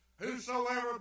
Whosoever